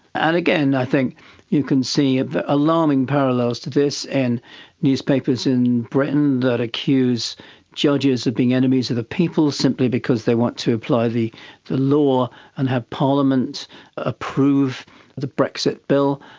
and again i think you can see ah alarming parallels to this in newspapers in britain that accuse judges of being enemies of the people simply because they want to apply the the law and have parliament approve the brexit bill,